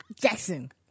Jackson